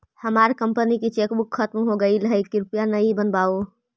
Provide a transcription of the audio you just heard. हमार कंपनी की चेकबुक खत्म हो गईल है, कृपया नई बनवाओ